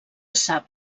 sap